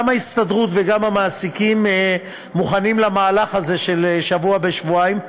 גם ההסתדרות וגם המעסיקים מוכנים למהלך הזה של שבוע בשבועיים.